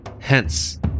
hence